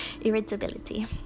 Irritability